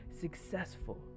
successful